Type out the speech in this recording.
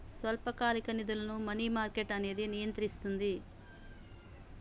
స్వల్పకాలిక నిధులను money market అనేది నియంత్రిస్తది